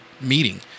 meeting